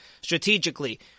strategically